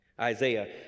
Isaiah